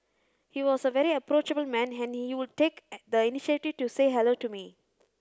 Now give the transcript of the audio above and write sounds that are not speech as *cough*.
he was a very approachable man and he would take *noise* the initiative to say hello to me